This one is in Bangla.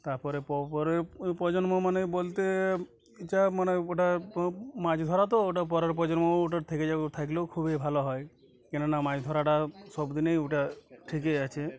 তারপরে প পরে ওই প্রজন্ম মানে বলতে যা মানে ওটা মাছ ধরা তো ওটা পরের প প্রজন্মও ওটা থেকে যাবে থাকলেও খুবই ভালো হয় কেননা মাছ ধরাটা সব দিনেই ওটা থেকে আছে